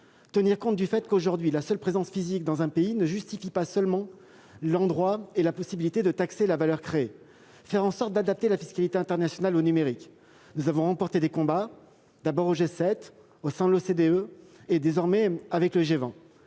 tenant compte du fait que la seule présence physique dans un pays ne suffit pas à justifier la possibilité de taxer la valeur créée et pour faire en sorte d'adapter la fiscalité internationale au numérique. Nous avons remporté des combats, d'abord au G7, au sein de l'OCDE et, désormais, au G20.